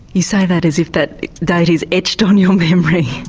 you say that as if that date is etched on your memory.